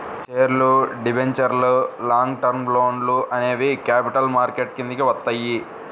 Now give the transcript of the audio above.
షేర్లు, డిబెంచర్లు, long term లోన్లు అనేవి క్యాపిటల్ మార్కెట్ కిందికి వత్తయ్యి